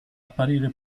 apparire